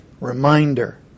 reminder